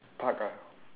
park ah